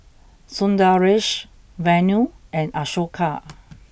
Sundaresh Vanu and Ashoka